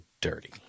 dirty